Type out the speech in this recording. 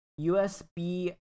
usb